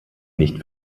nicht